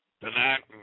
tonight